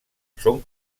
són